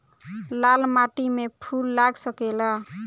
लाल माटी में फूल लाग सकेला?